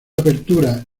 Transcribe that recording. apertura